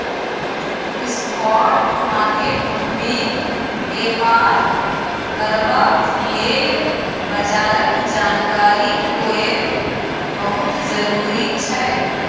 spot market मे बेपार करबा लेल बजारक जानकारी होएब बहुत जरूरी छै